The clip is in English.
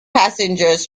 passengers